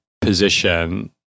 position